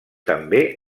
també